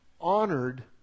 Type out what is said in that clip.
honored